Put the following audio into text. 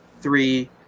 three